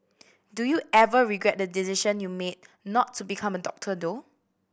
do you ever regret the decision you made not to become doctor though